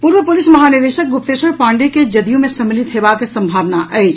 पूर्व पुलिस महानिदेशक गुप्तेश्वर पाण्डेय के जदयू मे सम्मिलित हेबाक संभावना अछि